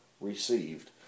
received